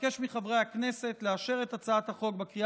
אבקש מחברי הכנסת לאשר את הצעת החוק בקריאה